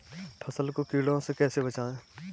फसल को कीड़ों से कैसे बचाएँ?